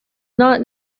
not